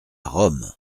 rome